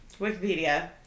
Wikipedia